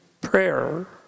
prayer